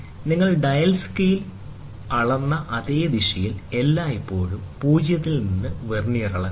നിങ്ങൾ dial scale വായിച്ച അതേ ദിശയിൽ എല്ലായ്പ്പോഴും പൂജ്യത്തിൽ നിന്ന് വെർനിയർ അളക്കുക